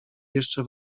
jeszcze